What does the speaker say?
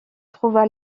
trouva